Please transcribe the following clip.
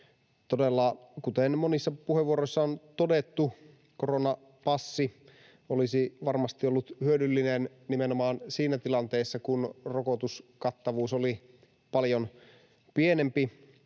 Todella, kuten monissa puheenvuoroissa on todettu, koronapassi olisi varmasti ollut hyödyllinen nimenomaan siinä tilanteessa, kun rokotuskattavuus oli paljon pienempi,